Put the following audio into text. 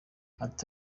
ati